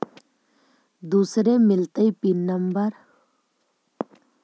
दुसरे मिलतै PIN number?